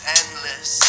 endless